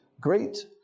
great